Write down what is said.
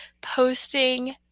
posting